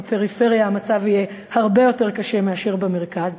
בפריפריה המצב יהיה הרבה יותר קשה מאשר במרכז.